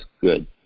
Good